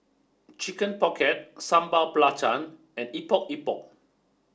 Chicken Pocket Sambal Belacan and Epok Epok